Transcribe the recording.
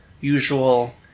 usual